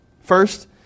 First